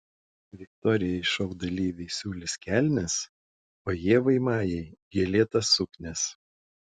viktorijai šou dalyviai siūlys kelnes o ievai majai gėlėtas suknias